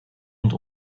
und